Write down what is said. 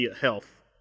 health